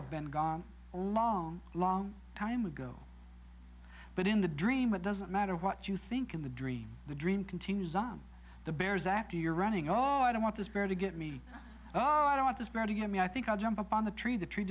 of been gone a long long time ago but in the dream but doesn't matter what you think in the dream the dream continues on the bears after you're running all i want this bird to get me oh i want this bird to get me i think i'll jump up on the tree the tree